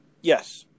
yes